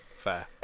Fair